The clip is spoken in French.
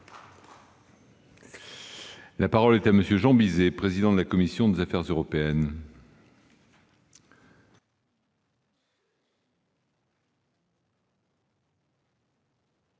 La parole est à M. le président de la commission des affaires européennes.